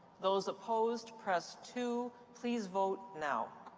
those opposed, press two. please vote now.